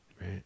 Right